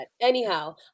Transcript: Anyhow